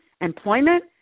employment